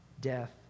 death